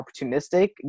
opportunistic